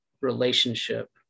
relationship